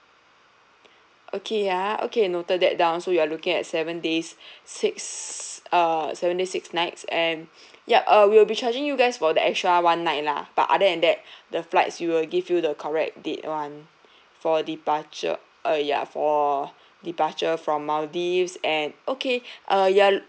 okay ah okay noted that down so you are looking at seven days six uh seven days six nights and yup uh we'll be charging you guys for the extra one night lah but other than that the flights we will give you the correct date [one] for departure uh ya for departure from maldives and okay uh you're